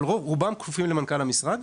אבל רובם כפופים למנכ"ל המשרד,